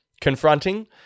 confronting